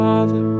Father